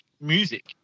music